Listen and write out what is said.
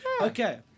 Okay